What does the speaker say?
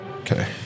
Okay